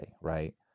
right